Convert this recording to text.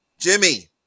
Jimmy